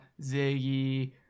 ziggy